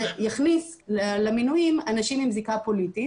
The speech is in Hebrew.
זה יכניס למינויים אנשים עם זיקה פוליטית